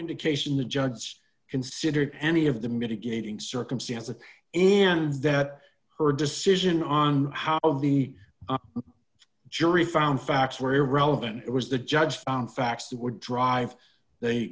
indication the judge considered any of the mitigating circumstances and that her decision on how of the jury found facts were irrelevant it was the judge found facts that would drive the